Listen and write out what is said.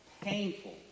painful